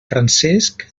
francesc